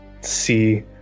see